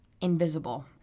invisible